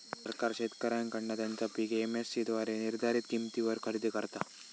सरकार शेतकऱ्यांकडना त्यांचा पीक एम.एस.सी द्वारे निर्धारीत किंमतीवर खरेदी करता